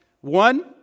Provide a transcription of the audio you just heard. One